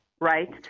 right